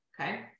Okay